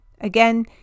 Again